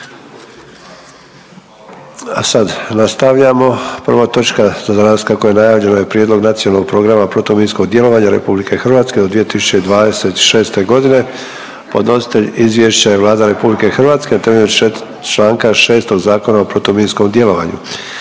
Ante (HDZ)** Prvo točka za danas kak je najavljeno je - Prijedlog Nacionalnog programa protuminskog djelovanja Republike Hrvatske do 2026. godine Podnositelj izvješća je Vlada Republike Hrvatske na temelju članka 6. Zakona o protuminskom djelovanju.